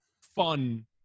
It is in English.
fun